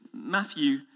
Matthew